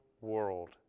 world